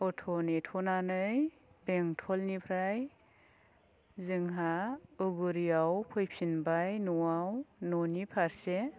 auto नेथ'नानै बेंटलिनिफ्राय जोंहा औगुरियाव फैफिनबाय न'आव न'नि फारसे